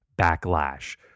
Backlash